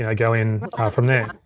yeah go in ah from there.